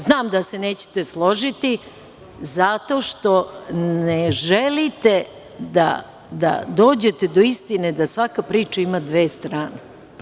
Znam da se nećete složiti, jer ne želite da dođete do istine da svaka priča ima dve strane.